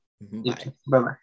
Bye-bye